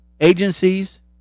agencies